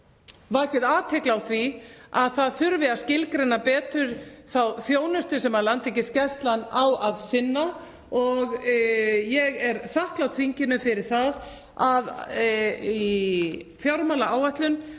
vakið athygli á því að það þurfi að skilgreina betur þá þjónustu sem Landhelgisgæslan á að sinna og ég er þakklát þinginu fyrir það að í fjármálaáætlun